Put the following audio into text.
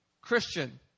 Christian